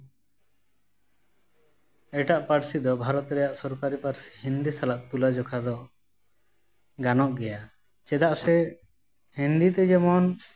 ᱮᱴᱟᱜ ᱯᱟᱹᱨᱥᱤ ᱫᱚ ᱵᱷᱟᱨᱚᱛ ᱨᱮᱭᱟᱜ ᱥᱚᱨᱠᱟᱨᱤ ᱯᱟᱹᱨᱥᱤ ᱦᱤᱱᱫᱤ ᱥᱟᱞᱟᱜ ᱛᱩᱞᱟᱹ ᱡᱚᱠᱷᱟ ᱫᱚ ᱜᱟᱱᱚᱜ ᱜᱮᱭᱟ ᱪᱮᱫᱟᱜ ᱥᱮ ᱦᱤᱱᱫᱤ ᱛᱮ ᱡᱮᱢᱚᱱ